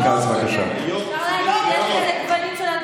העיקר שיש לכם, ואחרי זה בוכים שיש אלימות,